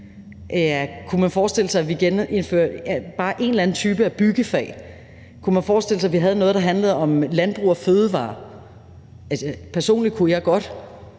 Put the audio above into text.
Kunne man forestille sig, at vi genindfører bare en eller anden type byggefag, eller kunne man forestille sig, at vi havde noget, der handlede om landbrug og fødevarer? Personligt kunne jeg godt.